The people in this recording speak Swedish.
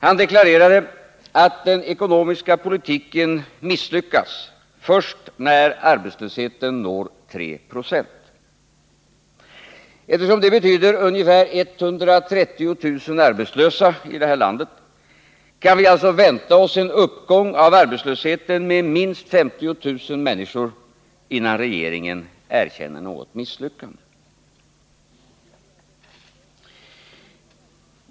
Han deklarerade, att den ekonomiska politiken misslyckas först när arbetslösheten når 3 20. Eftersom det betyder ca 130 000 arbetslösa i vårt land, kan vi alltså vänta oss en uppgång av arbetslösheten med minst 50 000 människor, innan regeringen erkänner något misslyckande.